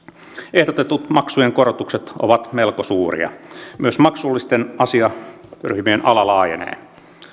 ehdotetut maksujen korotukset ovat melko suuria myös maksullisten asiaryhmien ala laajenee